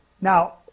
Now